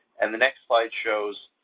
and the next slide shows,